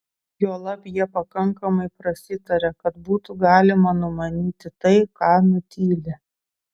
juolab jie pakankamai prasitaria kad būtų galima numanyti tai ką nutyli